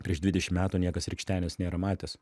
prieš dvidešim metų niekas rykštenės nėra matęs